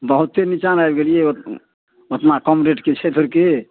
बहुते नीचाँमे आबि गेलियै ओतना कम रेटके छै फेर की